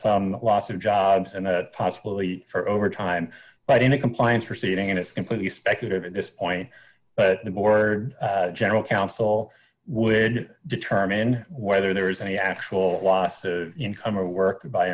some loss of jobs and possibly for overtime but in a compliance proceeding and it's completely speculative at this point the more general counsel would determine whether there is any actual loss of income or work by